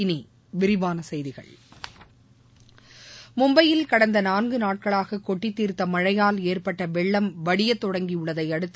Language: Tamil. இனி விரிவான செய்திகள் மும்பையில் கடந்த நான்கு நாட்களாக கொட்டித்தீர்த்த மழையால் ஏற்பட்ட வெள்ளம் வடியத்தொடங்கியுள்ளதை அடுத்து